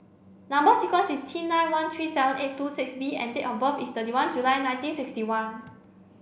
number sequence is T nine one three seven eight two six B and date of birth is thirty one July nineteen sixty one